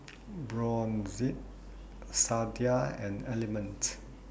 Brotzeit Sadia and Element